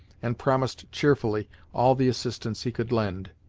and promised cheerfully all the assistance he could lend.